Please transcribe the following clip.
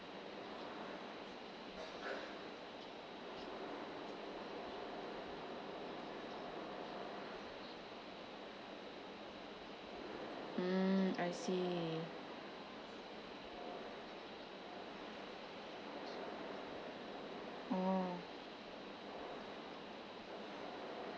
mm I see oh